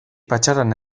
patxaran